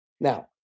Now